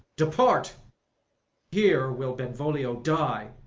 depart here will benvolio die,